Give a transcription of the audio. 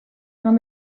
eman